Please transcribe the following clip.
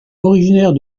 originaire